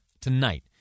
tonight